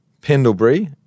Pendlebury